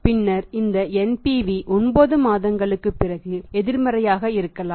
பின்னர் இந்த NPV 9 மாதங்களுக்குப் பிறகு எதிர்மறையாக இருக்கலாம்